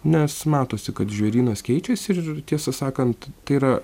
nes matosi kad žvėrynas keičiasi ir tiesą sakant tai yra